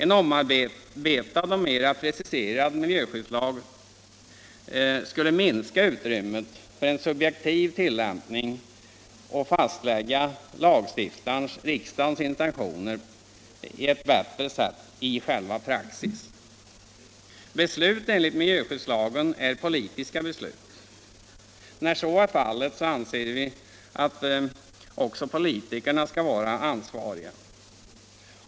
En omarbetad och mera preciserad miljöskyddslag skulle minska utrymmet för en subjektiv tilllämpning och fastlägga lagstiftarens, riksdagens, intentioner på ett bättre sätt i praxis. Beslut enligt miljöskyddslagen är politiska beslut. När så är fallet anser vi att politikerna också skall vara ansvariga.